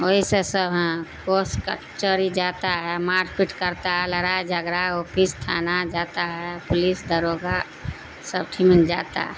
وہی سے سب ہاں کوس کچہری جاتا ہے مار پیٹ کرتا ہے لڑائی جھگڑا آفس تھانہ جاتا ہے پولیس داروغہ سب جاتا ہے